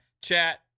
Chat